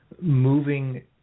moving